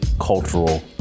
cultural